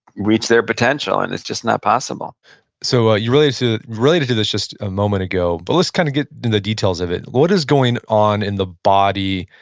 reach their potential, and it's just not possible so ah you related to related to this just a moment ago, but let's kind of get into the details of it. what is going on in the body,